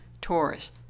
Taurus